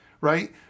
right